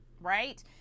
right